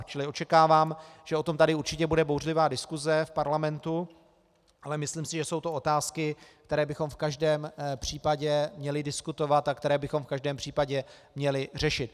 Čili očekávám, že o tom tady určitě bude bouřlivá diskuse v parlamentu, ale myslím si, že jsou to otázky, které bychom v každém případě měli diskutovat a které bychom v každém případě měli řešit.